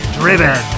driven